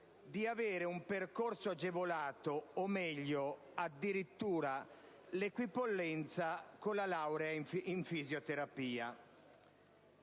di avere un percorso agevolato, o meglio, addirittura, l'equipollenza con la laurea in fisioterapia.